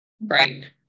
Right